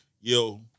Yo